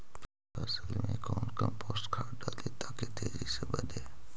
फसल मे कौन कम्पोस्ट खाद डाली ताकि तेजी से बदे?